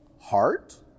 heart